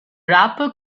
rapper